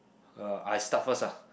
uh I start first ah